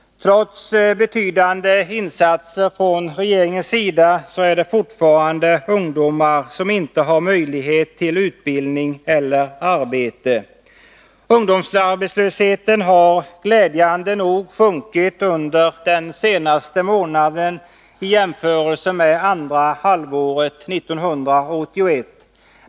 Trots betydande insatser från regeringens sida finns det fortfarande ungdomar som inte har möjlighet till utbildning eller arbete. Ungdomsarbetslösheten har glädjande nog minskat under den senaste månaden i jämförelse med andra halvåret 1981.